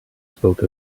spoke